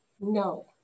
No